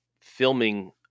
filming